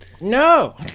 No